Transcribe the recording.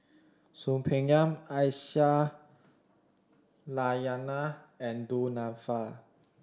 Soon Peng Yam Aisyah Lyana and Du Nanfa